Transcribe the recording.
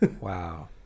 Wow